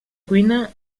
cuina